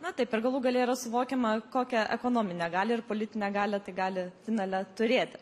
na taip ir galų gale yra suvokiama kokią ekonominę galią ir politinę galią tai gali finale turėti